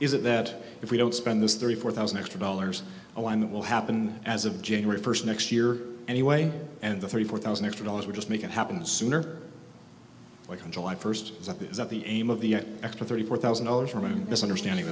is it that if we don't spend this thirty four thousand extra dollars a line that will happen as of january first next year anyway and the thirty four thousand extra dollars will just make it happen sooner like on july first is that because of the aim of the extra thirty four thousand dollars from a misunderstanding